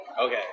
okay